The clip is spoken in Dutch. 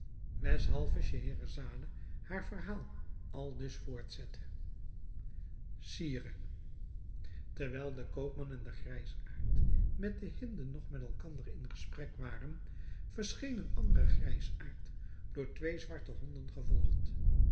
weshalve scheherazade haar verhaal aldus voortzette sire terwijl de koopman en de grijsaard met de hinde nog met elkander in gesprek waren verscheen een andere grijsaard door twee zwarte honden gevolgd